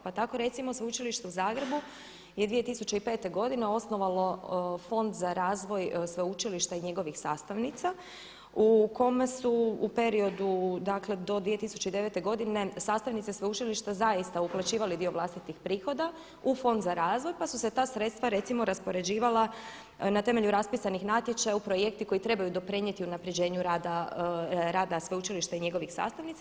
Pa tako recimo Sveučilište u Zagrebu je 2005. godine osnovalo Fond za razvoj sveučilišta i njegovih sastavnica u kome su u periodu dakle do 2009. godine sastavnice sveučilišta zaista uplaćivali dio vlastitih prihoda u Fond za razvoj pa su se ta sredstva recimo raspoređivala na temelju raspisanih natječaja u projekte koji trebaju doprinijeti unapređenju rada sveučilišta i njegovih sastavnica.